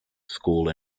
school